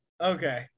Okay